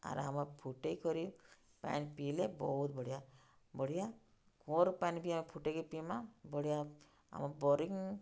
ଆର୍ ଆମେ ଫୁଟେଇ କରି ପାଏନ୍ ପିଇଲେ ବହୁତ୍ ବଢ଼ିଆ ବଢ଼ିଆ କୂଅର ପାନି ବି ଆମେ ଫୁଟେଇକି ପିଇମା ବଢ଼ିଆ ଆମ ବରିଙ୍ଗ୍